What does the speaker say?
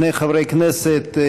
שני חברי כנסת,